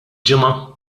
ġimgħa